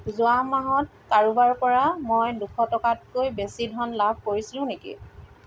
যোৱা মাহত কাৰোবাৰপৰা মই দুশ টকাতকৈ বেছি ধন লাভ কৰিছিলোঁ নেকি